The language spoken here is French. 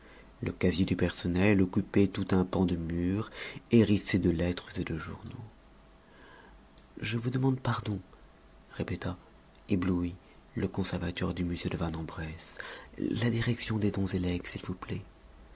le casier du personnel occupait tout un pan de mur hérissé de lettres et de journaux je vous demande pardon répéta ébloui le conservateur du musée de vanne en bresse la direction des dons et legs s'il vous plaît